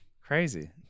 Crazy